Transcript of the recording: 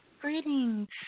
Greetings